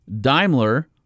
Daimler